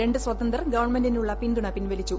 രണ്ട് സ്വതന്തർ ഗവൺമെന്റിനുള്ള പിന്തുണ പിൻവലിച്ചു